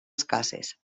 escasses